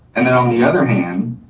and then on the other hand,